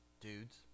dudes